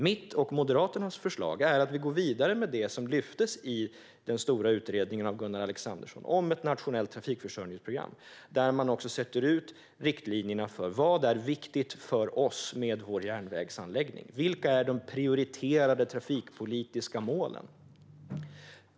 Mitt och Moderaternas förslag är att man ska gå vidare med det som lyftes i den stora utredningen av Gunnar Alexandersson om ett nationellt trafikförsörjningsprogram där man anger riktlinjerna för vad som viktigt för oss med vår järnvägsanläggning. Vilka är de prioriterade trafikpolitiska målen?